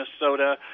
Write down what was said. Minnesota